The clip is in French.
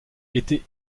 était